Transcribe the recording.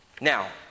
Now